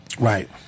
Right